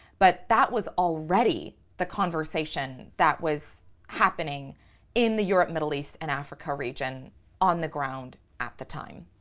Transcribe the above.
but that was already the conversation that was happening in the europe, middle east and africa region on the ground at the time,